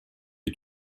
est